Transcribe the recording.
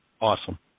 Awesome